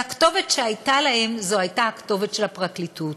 והכתובת שהייתה להם הייתה הכתובת של הפרקליטות.